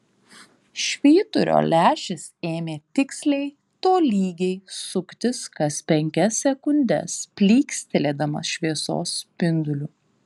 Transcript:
švyturio lęšis ėmė tiksliai tolygiai suktis kas penkias sekundes plykstelėdamas šviesos spinduliu